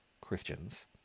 Christians